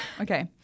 Okay